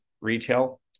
retail